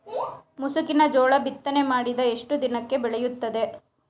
ಮುಸುಕಿನ ಜೋಳ ಬಿತ್ತನೆ ಮಾಡಿದ ಎಷ್ಟು ದಿನಕ್ಕೆ ಬೆಳೆಯುತ್ತದೆ?